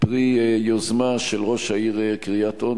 היא פרי יוזמה של ראש העיר קריית-אונו,